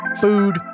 food